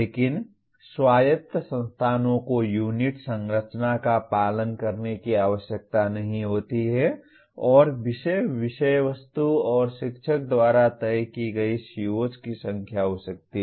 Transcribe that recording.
लेकिन स्वायत्त यूनिट संस्थानों को यूनिट संरचना का पालन करने की आवश्यकता नहीं होती है और विषय विषय वस्तु और शिक्षक द्वारा तय की गई COs की संख्या हो सकती है